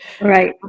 Right